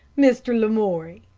mr. lamoury,